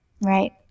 Right